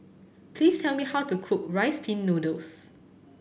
please tell me how to cook Rice Pin Noodles